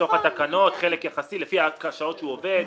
החלק היחסי לפי השעות שהוא עובד.